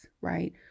right